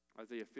Isaiah